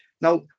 Now